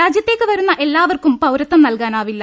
രാജ്യത്തേക്ക് വരുന്ന എല്ലാവർക്കും പൌരത്വം നൽകാനാവില്ല